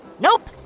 Nope